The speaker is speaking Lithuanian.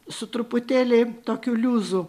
su truputėlį tokiu liuzu